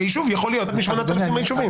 שהיישוב יכול להיות אחד מ-8,000 היישובים.